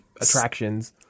attractions